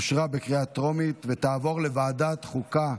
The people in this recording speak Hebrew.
אושרה בקריאה טרומית ותעבור לוועדת החוקה,